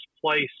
place